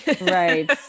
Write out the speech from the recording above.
Right